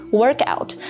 workout